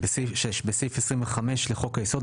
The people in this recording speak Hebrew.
תיקון סעיף 25 6. בסעיף 25 לחוק היסוד,